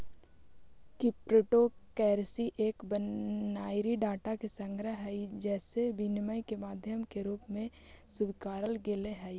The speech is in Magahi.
क्रिप्टो करेंसी एक बाइनरी डाटा के संग्रह हइ जेसे विनिमय के माध्यम के रूप में स्वीकारल गेले हइ